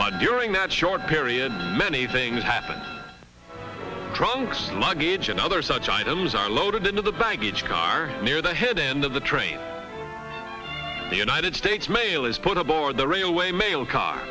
but during that short period many things happen trunks luggage and other such items are loaded into the baggage car near the head end of the train the united states mail is put aboard the railway mail car